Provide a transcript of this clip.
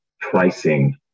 pricing